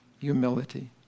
humility